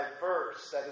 diverse